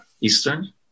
Eastern